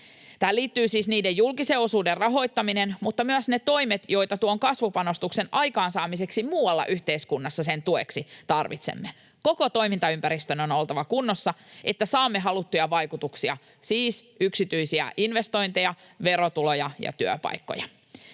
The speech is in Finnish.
Tähän liittyy siis niiden julkisen osuuden rahoittaminen, mutta myös ne toimet, joita tuon kasvupanostuksen aikaansaamiseksi muualla yhteiskunnassa sen tueksi tarvitsemme. Koko toimintaympäristön on oltava kunnossa, että saamme haluttuja vaikutuksia, siis yksityisiä investointeja, verotuloja ja työpaikkoja.